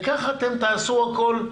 וככה אתם תעשו הכול.